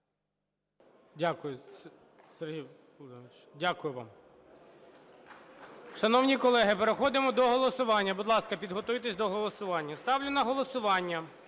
Дякую, Сергій Володимирович. Дякую вам. Шановні колеги, переходимо до голосування. Будь ласка, підготуйтесь до голосування. Ставлю на голосування